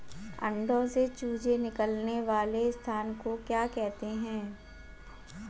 अंडों से चूजे निकलने वाले स्थान को क्या कहते हैं?